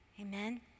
Amen